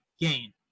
gain